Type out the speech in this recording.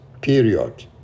period